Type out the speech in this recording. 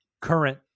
current